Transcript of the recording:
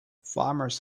farmers